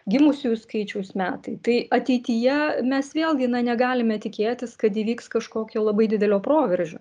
gimusiųjų skaičiaus metai tai ateityje mes vėlgi na negalime tikėtis kad įvyks kažkokia labai didelio proveržio